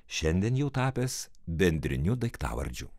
šiandien jau tapęs bendriniu daiktavardžiu